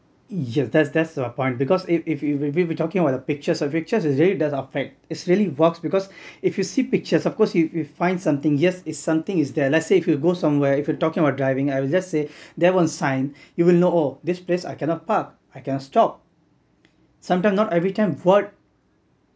yes that that's my point because if if we were talking about the pictures the pictures they really does affect its really works because if you see pictures of course you will find something yes is something is there let's say if you go somewhere if you talking about driving I will just say there one sign you will know oh this place I cannot park I cannot stop some time not every time word